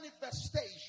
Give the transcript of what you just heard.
manifestation